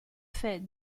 fait